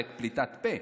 עלק פליטת פה,